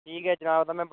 ठीक ऐ जनाब तां मैं